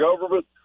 government